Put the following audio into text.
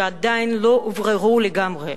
והם עדיין לא הובררו לגמרי.